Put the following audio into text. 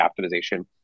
optimization